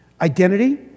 Identity